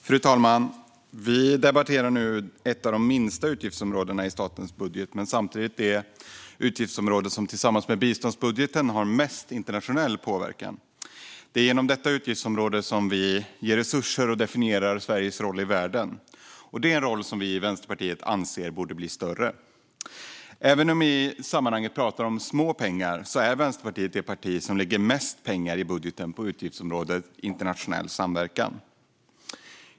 Fru talman! Vi debatterar nu ett av de minsta utgiftsområdena i statens budget men samtidigt det utgiftsområde som, tillsammans med biståndsbudgeten, har mest internationell påverkan. Det är genom detta utgiftsområde som vi ger resurser och definierar Sveriges roll i världen. Och det är en roll som vi i Vänsterpartiet anser borde blir större. Även om vi i sammanhanget talar om små pengar är Vänsterpartiet det parti som lägger mest pengar i budgeten för utgiftsområdet Internationell samverkan.